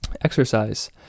Exercise